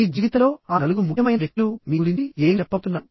మీ జీవితంలో ఆ నలుగురు ముఖ్యమైన వ్యక్తులు మీ గురించి ఏమి చెప్పబోతున్నారు